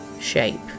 shape